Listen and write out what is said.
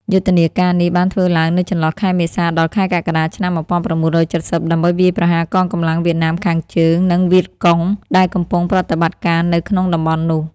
យុទ្ធនាការនេះបានធ្វើឡើងនៅចន្លោះខែមេសាដល់ខែកក្កដា ឆ្នាំ ១៩៧០ ដើម្បីវាយប្រហារកងកម្លាំងវៀតណាមខាងជើង និងវៀតកុង ដែលកំពុងប្រតិបត្តិការនៅក្នុងតំបន់នោះ។